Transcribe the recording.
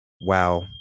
wow